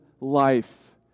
life